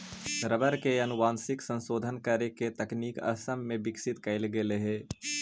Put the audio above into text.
rubber के आनुवंशिक संशोधन करे के तकनीक असम में विकसित कैल गेले हई